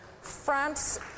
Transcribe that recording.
France